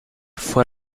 fue